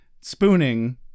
spooning